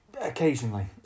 Occasionally